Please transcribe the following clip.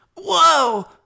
Whoa